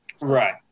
Right